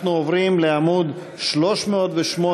ולכן,